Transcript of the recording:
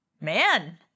Man